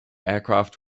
aircraft